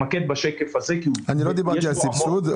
לא דיברתי על סבסוד.